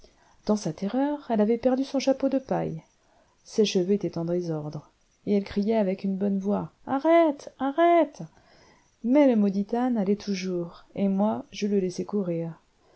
dans sa terreur elle avait perdu son chapeau de paille ses cheveux étaient en désordre et elle criait avec une bonne voix arrête arrête mais le maudit âne allait toujours et moi je le laissais courir